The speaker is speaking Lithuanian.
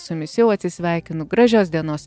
su jumis jau atsisveikinu gražios dienos